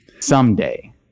Someday